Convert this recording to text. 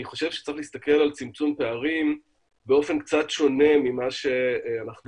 אני חושב שצריך להסתכל על צמצום פערים באופן קצת שונה ממה שאנחנו